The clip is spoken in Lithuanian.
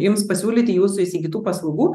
jums pasiūlyti jūsų įsigytų paslaugų